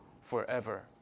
forever